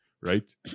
right